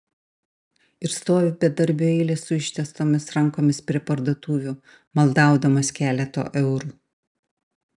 ir stovi bedarbių eilės su ištiestomis rankomis prie parduotuvių maldaudamos keleto eurų